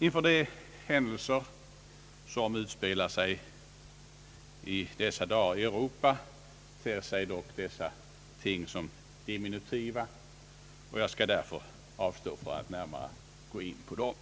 Inför de händelser som i dessa dagar utspelar sig i Europa ter sig dock dessa ting diminutiva, och jag skall därför avstå från att närmare gå in därpå.